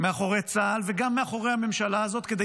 מאחורי צה"ל וגם מאחורי הממשלה הזאת כדי